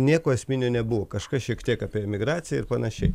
nieko esminio nebuvo kažkas šiek tiek apie emigraciją ir panašiai